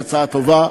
היא הצעה טובה,